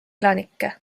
elanikke